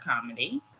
comedy